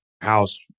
house